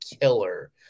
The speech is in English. killer